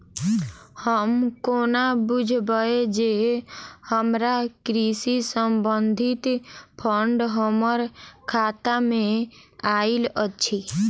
हम कोना बुझबै जे हमरा कृषि संबंधित फंड हम्मर खाता मे आइल अछि?